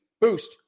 boost